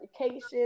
education